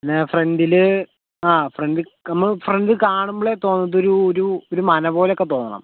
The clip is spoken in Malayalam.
പിന്നേ ഫ്രണ്ടിൽ ആ ഫ്രണ്ടിൽ നമ്മൾ ഫ്രണ്ടിൽ കാണുമ്പോഴെ തോന്നുന്നതൊരു ഒരു ഒരു മന പോലെയൊക്കെ തോന്നണം